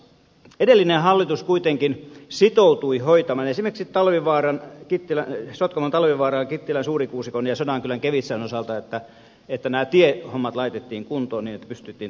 edellinen hallitus kuitenkin sitoutui hoitamaan esimerkiksi sotkamon talvivaaran kittilän suurikuusikon ja sodankylän kevitsan osalta että nämä tiehommat laitettiin kuntoon niin että pystyttiin toteuttamaan nämä hankkeet